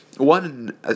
one